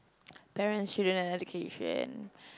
parents should learn an education